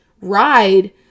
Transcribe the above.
ride